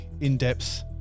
in-depth